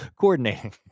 coordinating